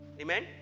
amen